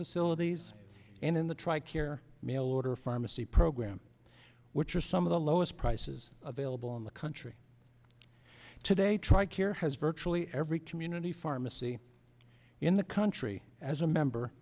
facilities in the tri care mail order pharmacy program which are some of the lowest prices available on country today tri care has virtually every community pharmacy in the country as a member